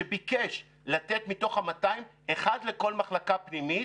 שביקש לתת מתוך ה-200 אחד לכל מחלקה פנימית.